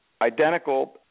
identical